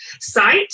site